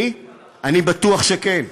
אני בטוח שכן.